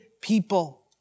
people